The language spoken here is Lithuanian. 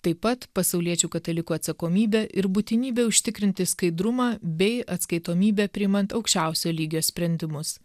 taip pat pasauliečių katalikų atsakomybe ir būtinybe užtikrinti skaidrumą bei atskaitomybe priimant aukščiausio lygio sprendimus